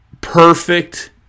perfect